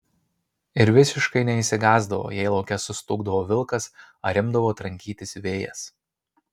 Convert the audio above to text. ir visiškai neišsigąsdavo jei lauke sustūgdavo vilkas ar imdavo trankytis vėjas